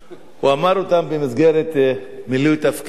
הוא אמר אותם במסגרת מילוי תפקידו,